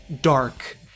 dark